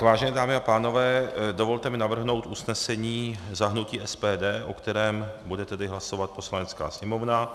Vážené dámy a pánové, dovolte mi navrhnout usnesení za hnutí SPD, o kterém bude tedy hlasovat Poslanecká sněmovna.